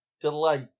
Delight